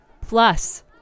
plus